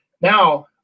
Now